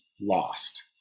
lost